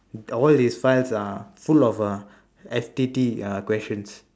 ours is files ah full of ah activities ya questions